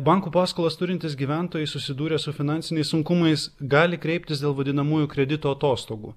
bankų paskolas turintys gyventojai susidūrę su finansiniais sunkumais gali kreiptis dėl vadinamųjų kredito atostogų